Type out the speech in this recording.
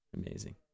amazing